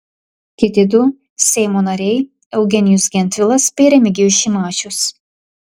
kiti du seimo nariai eugenijus gentvilas bei remigijus šimašius